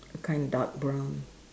kind dark brown